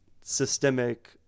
systemic